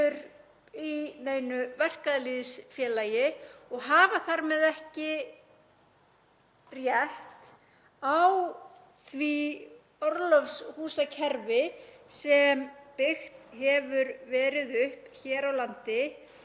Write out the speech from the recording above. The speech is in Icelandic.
í neinu verkalýðsfélagi og hafa þar með ekki rétt á því orlofshúsakerfi sem byggt hefur verið upp hér á landi